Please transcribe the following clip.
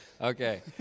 okay